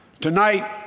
Tonight